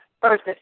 first